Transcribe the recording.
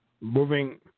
moving